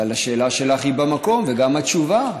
אבל השאלה שלך היא במקום, וגם התשובה.